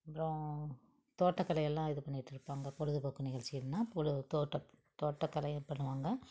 அப்புறோம் தோட்டக்கலையெல்லாம் இது பண்ணிகிட்ருப்பாங்க பொழுதுபோக்கு நிகழ்ச்சிகள்ன்னா பொலு தோட்ட தோட்டக்கலை பண்ணுவாங்கள்